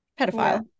pedophile